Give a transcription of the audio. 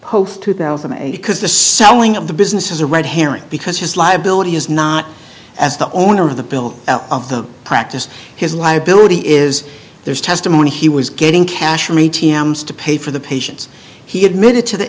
post two thousand and eight because the selling of the business is a red herring because his liability is not as the owner of the bill of the practice his liability is there's testimony he was getting cash to pay for the patients he admitted to the